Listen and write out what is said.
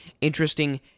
interesting